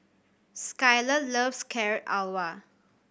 Skyler loves Carrot Halwa